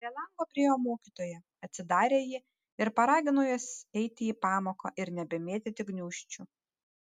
prie lango priėjo mokytoja atsidarė jį ir paragino juos eiti į pamoką ir nebemėtyti gniūžčių